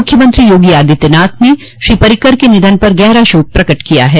मुख्यमंत्री योगी आदित्यनाथ ने श्री पर्रिकर के निधन पर गहरा शोक प्रकट किया है